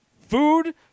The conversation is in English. food